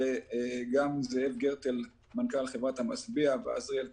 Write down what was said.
וגם זאב גרטל, מנכ"ל חברת 'המשביע' ועזריאל טאובר,